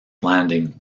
landing